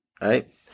right